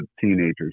teenagers